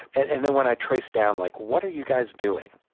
and and then when i trace down, like, what are you guys doing,